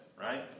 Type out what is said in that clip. right